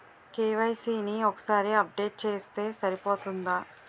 KYC ని ఒక్కసారి update చేస్తే సరిపోతుందా?